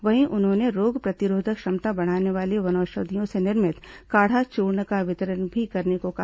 वहीं उन्होंने रोग प्रतिरोधक क्षमता बढ़ाने वाली वनौषधियों से निर्मित काढ़ा चूर्ण का वितरण करने को भी कहा